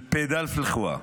(אומר דברים במרוקאית.)